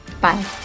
Bye